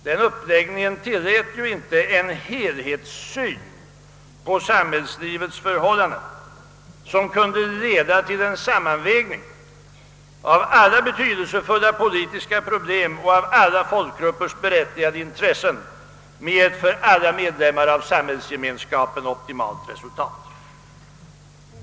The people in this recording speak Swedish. Den uppläggningen tillät inte en helhetssyn på samhällslivets förhållanden som kunde leda till en sammanvägning av alla betydelsefulla politiska problem och av alla folkgruppers berättigade intressen med ett för alla medlemmar av samhällsgemenskapen optimalt resultat.